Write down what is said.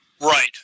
right